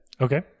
Okay